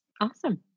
Awesome